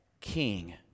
king